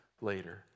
later